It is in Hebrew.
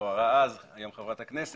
שהיא היום חברת כנסת,